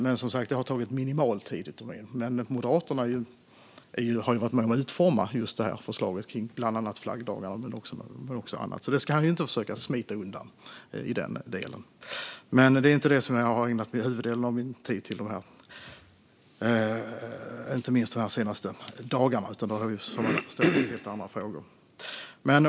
Men det har som sagt tagit minimalt med tid. Moderaterna har ju varit med och utformat detta förslag om bland annat flaggdagar men också annat, så det ska Lars Beckman inte försöka smita undan. Men det är inte detta jag har ägnat huvuddelen av min tid åt, framför allt inte de senaste dagarna, utan dem har jag som alla förstår ägnat åt helt andra frågor.